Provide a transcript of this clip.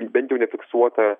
bent jau nefiksuota